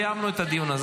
סיימנו את הדיון הזה.